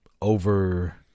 over